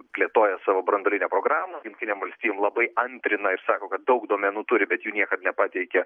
plėtoja savo branduolinę programą jungtinėm valstijom labai antrina ir sako kad daug duomenų turi bet jų niekad nepateikė